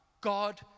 God